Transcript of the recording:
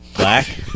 black